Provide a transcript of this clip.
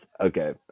okay